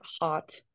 hot